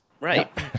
Right